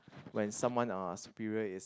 when someone uh superior is